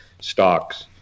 stocks